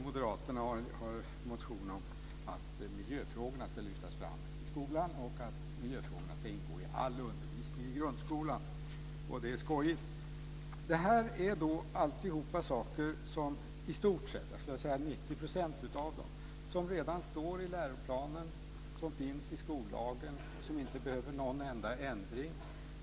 Moderaterna har en motion om att miljöfrågorna ska lyftas fram i skolan och att miljöfrågorna ska ingå i all undervisning i grundskolan. Det är skojigt. Det här är alltihop saker som i stort sett, jag skulle vilja säga 90 % av dem, redan står i läroplanen, som finns i skollagen och som inte behöver någon enda ändring.